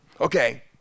Okay